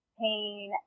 pain